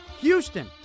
Houston